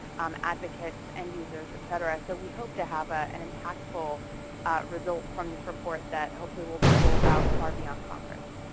um advocates, endusers, etc. so we hope to have ah an impactful result from this report that hopefully will ripple out far beyond congress.